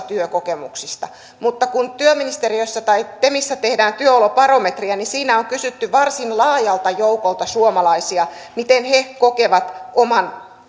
työkokemuksista mutta kun työministeriössä tai temissä tehdään työolobarometriä niin siinä on kysytty varsin laajalta joukolta suomalaisia miten he kokevat oman